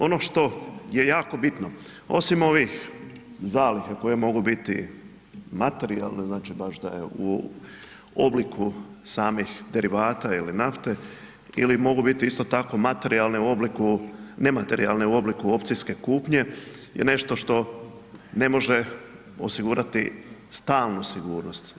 Ono što je jako bitno, osim ovih zaliha koje mogu biti materijalne, znači, baš da je u obliku samih derivata ili nafte ili mogu biti isto tako materijalne u obliku, nematerijalne u obliku opcijske kupnje je nešto što ne može osigurati stalnu sigurnost.